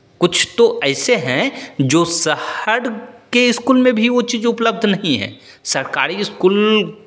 कुछ तो ऐसे हैं जो शहर के स्कूल में भी वो चीज़ उपलब्ध नहीं है सरकारी स्कूल